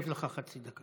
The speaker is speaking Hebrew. אני מוסיף לך חצי דקה.